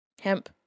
hemp